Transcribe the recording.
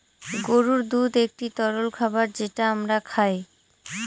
গরুর দুধ একটি তরল খাবার যেটা আমরা খায়